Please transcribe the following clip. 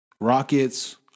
Rockets